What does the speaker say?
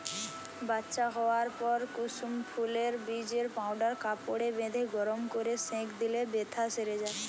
বাচ্চা হোয়ার পর কুসুম ফুলের বীজের পাউডার কাপড়ে বেঁধে গরম কোরে সেঁক দিলে বেথ্যা সেরে যায়